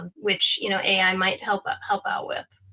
ah which you know ai might help ah help out with.